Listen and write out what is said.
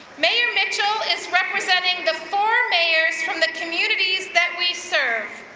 mayor mitchell is representing the former mayors from the communities that we serve,